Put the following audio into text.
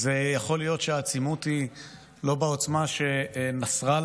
אז יכול להיות שהעצימות היא לא בעוצמה שנסראללה